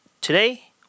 Today